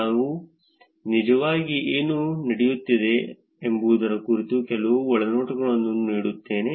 ನಾನು ನಿಜವಾಗಿ ಏನು ನಡೆಯುತ್ತಿದೆ ಎಂಬುದರ ಕುರಿತು ಕೆಲವು ಒಳನೋಟಗಳನ್ನು ನೀಡುತ್ತೇನೆ